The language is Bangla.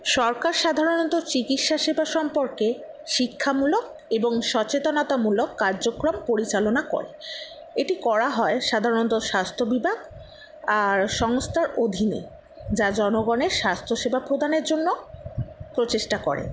সরকার সাধারণত চিকিৎসা সেবা সম্পর্কে শিক্ষামূলক এবং সচেতনতামূলক কার্যক্রম পরিচালনা করে এটি করা হয় সাধারণত স্বাস্থ্য বিভাগ আর সংস্থার অধীনে যা জনগণের স্বাস্থ্য সেবা প্রদানের জন্য প্রচেষ্টা করে